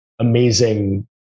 amazing